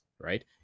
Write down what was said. right